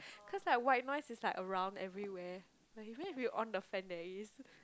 cause like white noise is like around everywhere like even if you on the fan there is